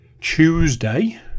Tuesday